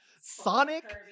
Sonic